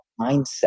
mindset